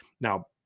Now